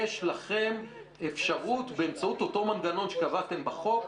יש לכם אפשרות באמצעות אותו מנגנון שקבעתם בחוק,